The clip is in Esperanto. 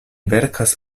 verkas